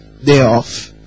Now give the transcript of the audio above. Thereof